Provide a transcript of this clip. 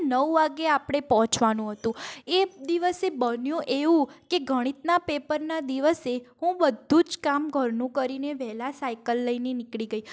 અને નવ વાગે આપણે પહોંચવાનું હતું એ દિવસે બન્યું એવું કે ગણિતના પેપરના દિવસે હું બધુ જ કામ ઘરનું કરીને વહેલા સાઇકલ લઈને નીકળી ગઈ